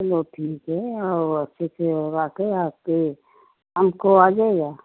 चलो ठीक है और अच्छे से लगा के आपके आम को आ जाइएगा